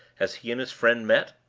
as he and his friend met.